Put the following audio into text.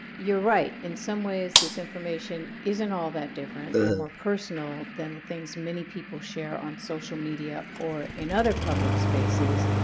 you're right. in some ways, this information isn't all that different or more personal than the things many people share on social media or in other public spaces.